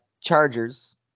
Chargers